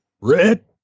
Red